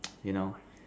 you know